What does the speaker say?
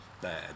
bad